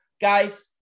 guys